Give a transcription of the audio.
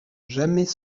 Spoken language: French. jamais